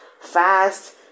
fast